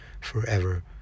forever